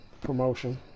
Promotion